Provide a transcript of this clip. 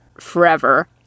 forever